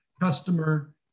customer